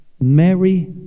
Mary